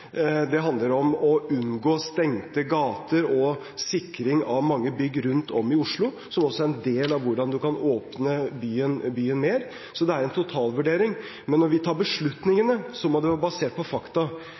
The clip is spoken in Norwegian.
Det handler om å unngå stengte gater og sikring av mange bygg rundt om i Oslo, som også er en del av hvordan man kan åpne byen mer. Så det er en totalvurdering. Men når vi tar